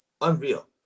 unreal